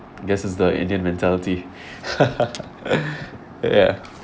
guess it's the indian mentality ya